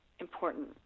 important